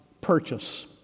purchase